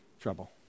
trouble